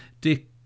Dick